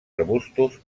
arbustos